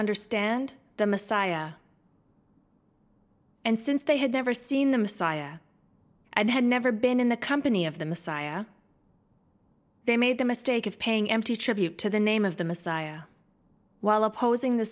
understand the messiah and since they had never seen the messiah and had never been in the company of the messiah they made the mistake of paying empty tribute to the name of the messiah while opposing the